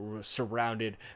surrounded